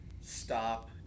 stop